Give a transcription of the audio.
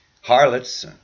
harlots